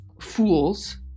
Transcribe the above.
fools